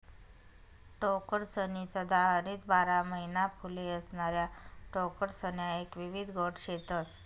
टोकरसनी सदाहरित बारा महिना फुले असणाऱ्या टोकरसण्या एक विविध गट शेतस